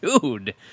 dude